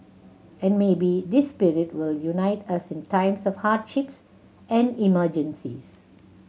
and maybe this spirit will unite us in times of hardships and emergencies